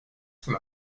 from